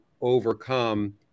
overcome